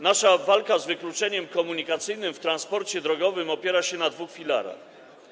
Nasza walka z wykluczeniem komunikacyjnym w transporcie drogowym opiera się na dwóch filarach.